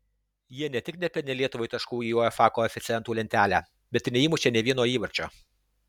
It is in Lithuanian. jie ne tik nepelnė lietuvai taškų į uefa koeficientų lentelę bet ir neįmušė nė vieno įvarčio